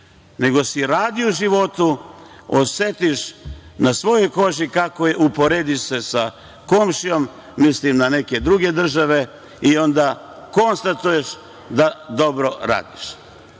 nego si radio u životu, osetiš na svojoj koži kako je, uporediš se sa komšijom, mislim na neke druge države, i onda konstatuješ da dobro radiš. Znate,